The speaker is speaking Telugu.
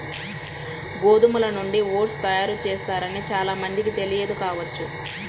గోధుమల నుంచి ఓట్స్ తయారు చేస్తారని చాలా మందికి తెలియదు కావచ్చు